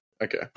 Okay